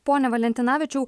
pone valentinavičiau